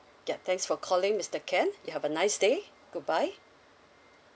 yup thanks for calling mister ken you have a nice day goodbye